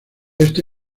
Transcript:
esta